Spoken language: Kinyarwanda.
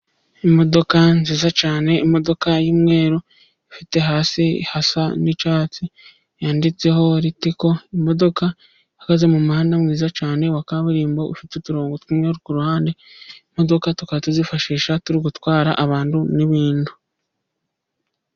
Imodoka nziza cyane, imodoka y'umweru ifite hasi hasa n'icyatsi yanditseho Ritiko. Imodoka ihagaze mu muhanda mwiza cyane wa kaburimbo, ufite uturongo tw'umweru ku ruhande, imodoka tukaba tuzifashisha turi gutwara abantu n'ibintu.